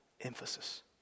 emphasis